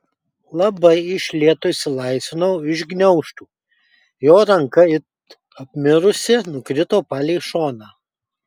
labai iš lėto išsilaisvinau iš gniaužtų jo ranka it apmirusi nukrito palei šoną